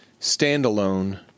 standalone